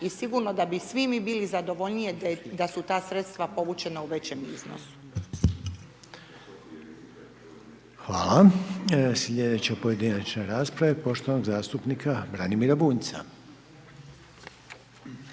i sigurno da bi svi mi zadovoljniji da su ta sredstva povučena u većem iznosu. **Reiner, Željko (HDZ)** Hvala, slijedeća pojedinačna rasprava je poštovanog zastupnika Branimira Bunjca.